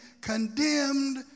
condemned